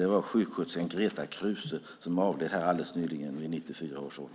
Det var sjuksköterskan Greta Kruse som avled alldeles nyligen vid 94 års ålder.